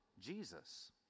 Jesus